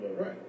Right